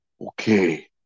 Okay